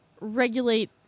regulate